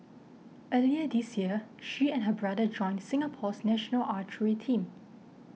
earlier this year she and her brother joined Singapore's national archery team